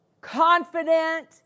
confident